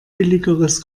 billigeres